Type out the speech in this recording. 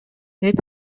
деп